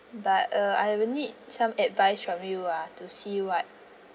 but uh I will need some advice from you ah to see what